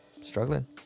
Struggling